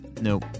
no